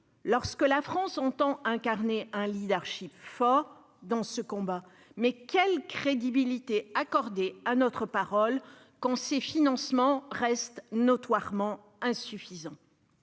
alors que la France entend incarner un leadership fort dans ce combat, quelle crédibilité accorder à notre parole quand ces financements restent notoirement insuffisants